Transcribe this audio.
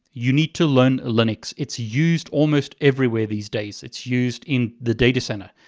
you need to learn linux. it's used almost everywhere these days. it's used in the data center,